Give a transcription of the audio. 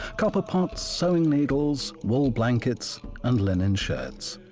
copper pots, sewing needles, wool blankets and linen shirts.